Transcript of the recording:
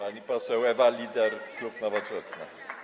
Pani poseł Ewa Lieder, klub Nowoczesna.